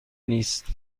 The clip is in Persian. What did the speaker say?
نیست